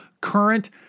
current